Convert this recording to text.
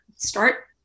start